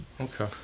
okay